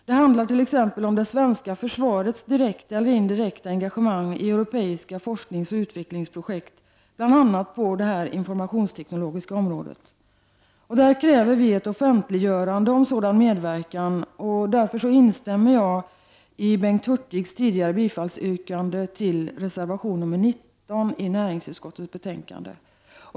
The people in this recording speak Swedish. Det handlar t.ex, om det svenska försvarets direkta eller indirekta engagemang i europeiska forskningsoch utvecklingsprojekt, bl.a. när det gäller det informationsteknologiska området. Vi kräver ett offentliggörande om sådan medverkan, och därför instämmer jag alltså i Bengt Hurtigs bifallsyrkande till reservation 19 i näringsutskottets betänkande.